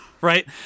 Right